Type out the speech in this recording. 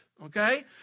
Okay